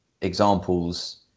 examples